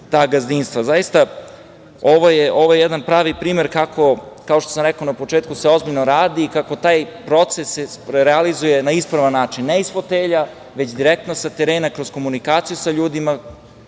ta gazdinstva. Zaista, ovo je jedan pravi primer kako, kao što sam rekao na početku, se ozbiljno radi i kako se taj proces realizuje na ispravan način, ne iz fotelja, već direktno sa terena, kroz komunikaciju sa ljudima,